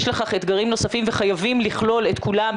יש לכך אתגרים נוספים וחייבים לכלול את כולם.